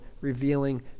revealing